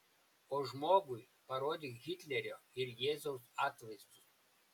o žmogui parodyk hitlerio ir jėzaus atvaizdus